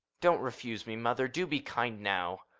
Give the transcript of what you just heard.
don't refuse me, mother. do be kind, now!